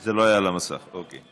זה לא היה על המסך, אוקיי.